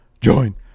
join